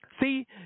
See